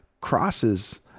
crosses